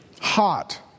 hot